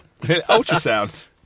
Ultrasound